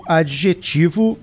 adjetivo